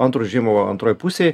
antro užėjimo antroj pusėj